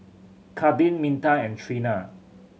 Kadyn Minta and Treena